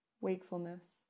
wakefulness